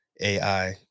AI